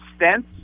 stents